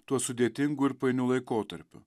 tuo sudėtingu ir painių laikotarpiu